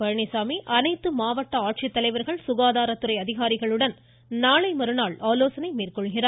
பழனிச்சாமி அனைத்து மாவட்ட ஆட்சித்தலைவர்கள் சுகாதாரத்துறை அதிகாரிகளுடன் நாளை மறுநாள் ஆலோசனை மேற்கொள்கிறார்